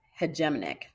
hegemonic